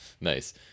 nice